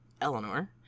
Eleanor